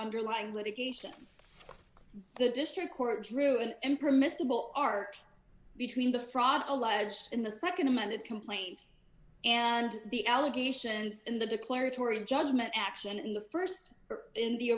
underlying litigation the district court drew an impermissible art between the fraud alleged in the nd amended complaint and the allegations in the declaratory judgment action in the st in the